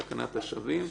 תקנת השבים,